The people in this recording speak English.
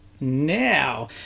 now